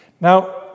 Now